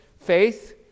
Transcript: Faith